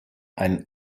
einen